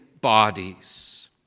bodies